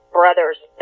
brother's